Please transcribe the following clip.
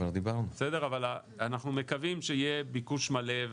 אבל אנחנו מקווים שיהיה ביקוש מלא,